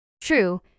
True